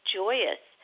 joyous